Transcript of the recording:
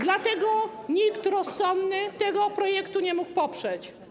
Dlatego nikt rozsądny tego projektu nie mógł poprzeć.